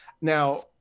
Now